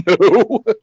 no